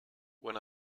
when